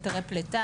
היתרי פלטה.